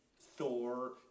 Thor